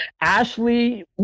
Ashley